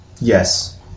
Yes